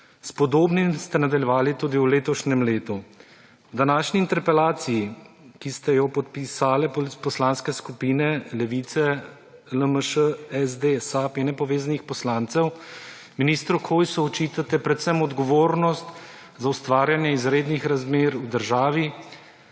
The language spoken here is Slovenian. S podobnim ste nadaljevali tudi v letošnjem letu. Današnji interpelaciji, ki ste jo podpisale poslanske skupine Levice, LMŠ, SD, SAB in nepovezanih poslancev, ministru Hojsu očitate predvsem odgovornost za ustvarjanje izrednih razmer v državi